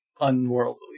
unworldly